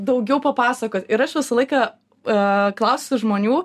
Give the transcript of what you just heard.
daugiau papasakot ir aš visą laiką klausiu žmonių